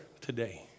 today